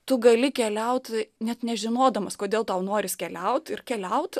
tu gali keliaut net nežinodamas kodėl tau noris keliaut ir keliaut